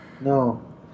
No